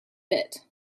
bit